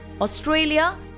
Australia